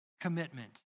commitment